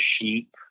sheep